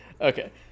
Okay